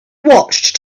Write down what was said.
watched